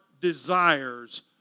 desires